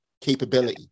capability